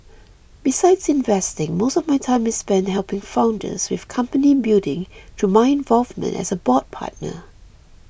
besides investing most of my time is spent helping founders with company building through my involvement as a board partner